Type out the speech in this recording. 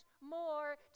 more